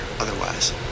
otherwise